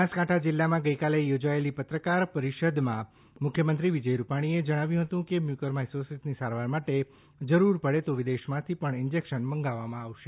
બનાસકાંઠા જીલ્લામાં ગઈકાલે યોજાયેલી પત્રકાર પરિષદમાં મુખ્યમંત્રી વિજય રૂપાણીએ જણાવ્યું કે મ્યુકર માઇકોસિસની સારવાર માટે જરૂર પડે તો વિદેશમાંથી પણ ઇન્જેક્શન મંગાવવામાં આવશે